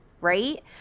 right